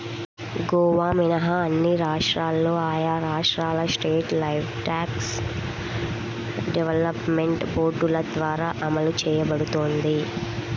గోవా మినహా అన్ని రాష్ట్రాల్లో ఆయా రాష్ట్రాల స్టేట్ లైవ్స్టాక్ డెవలప్మెంట్ బోర్డుల ద్వారా అమలు చేయబడుతోంది